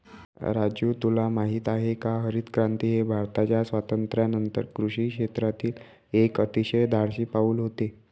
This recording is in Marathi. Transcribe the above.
राजू तुला माहित आहे का हरितक्रांती हे भारताच्या स्वातंत्र्यानंतर कृषी क्षेत्रातील एक अतिशय धाडसी पाऊल होते